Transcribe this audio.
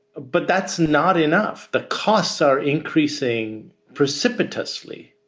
but that's not enough. the costs are increasing precipitously.